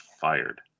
fired